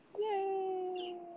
Yay